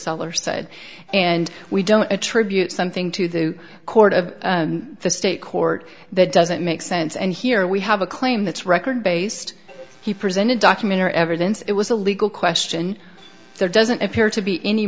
seller side and we don't attribute something to the court of the state court that doesn't make sense and here we have a claim that's record based he presented documentary evidence it was a legal question there doesn't appear to be any